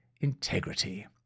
integrity